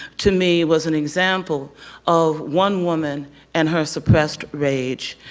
to me, was an example of one woman and her suppressed rage.